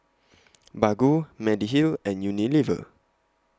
Baggu Mediheal and Unilever